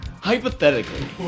Hypothetically